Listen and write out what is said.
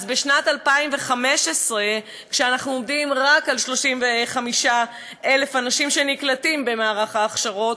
אז בשנת 2015 אנחנו עומדים רק על 35,000 אנשים שנקלטים במערך ההכשרות,